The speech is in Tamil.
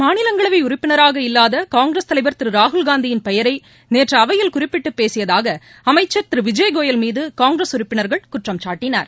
மாநிலங்களவை உறுப்பினராக இல்லாத காங்கிரஸ் தலைவர் திரு ராகுல் காந்தியின் பெயரை நேற்று அவையில் குறிப்பிட்டு பேசியதாக அமைச்சர் திரு விஜய் கோயல் மீது காங்கிரஸ் உறுப்பினர்கள் குற்றம் சாட்டினார்